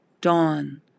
dawn